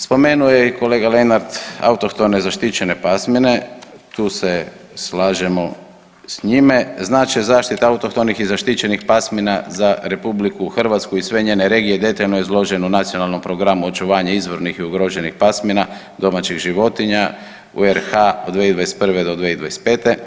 Spomenuo je i kolega Lenart autohtone zaštićene pasmine, tu se slažemo s njime, znače zaštita autohtonih i zaštićenih pasmina za RH i sve njene regije, detaljno je izloženo u Nacionalnom programu očuvanju izvornih i ugroženih pasmina domaćih životinja u RH od 2021. do 2025.